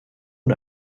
und